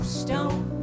stone